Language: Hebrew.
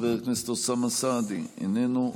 חבר הכנסת אוסאמה סעדי, איננו.